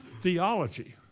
theology